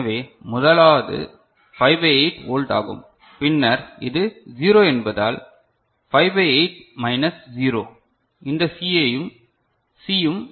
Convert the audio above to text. எனவே முதலாவது 5 by 8 volt ஆகும் பின்னர் இது 0 என்பதால் 5 பை 8 மைனஸ் 0 இந்த C யும் 5 பை 8